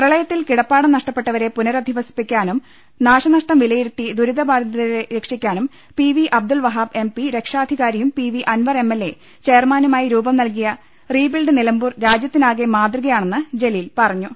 പ്രളയത്തിൽ കിടപ്പാടം നഷ്ടപ്പെട്ടവരെ പുനരധി വസിപ്പിക്കാനും നാശനഷ്ടം വിലയിരുത്തി ദുരിതബാധിതരെ രക്ഷിക്കാനും P V Abdul Wahab MP രക്ഷാധി കാരിയും പി വി അൻവർ എംഎൽഎ ചെയർമാനുമായി രൂപംനൽകിയ റീബിൽഡ് നിലമ്പൂർ രാജ്യത്തിനാകെ മാതൃകയാണെന്ന് ജലീൽ പറഞ്ഞു